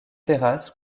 terrasse